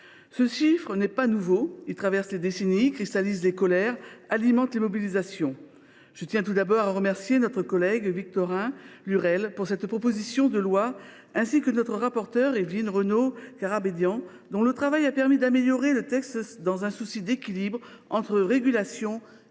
Ce chiffre n’est pas nouveau. Il traverse les décennies, cristallise les colères, alimente les mobilisations. Je tiens tout d’abord à remercier notre collègue Victorin Lurel de cette proposition de loi, ainsi que notre rapporteure Évelyne Renaud Garabedian, dont le travail a permis d’améliorer le texte et d’atteindre un équilibre entre régulation et